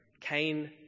Cain